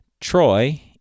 Troy